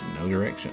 nodirection